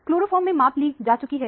chloroform में माप ली जा चुकी है